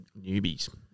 newbies